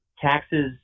Taxes